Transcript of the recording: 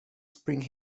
spring